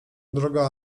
droga